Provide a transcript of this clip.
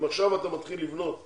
אם עכשיו תתחיל לבנות,